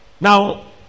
Now